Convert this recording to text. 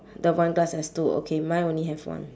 the wine glass has two okay mine only have one